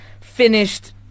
finished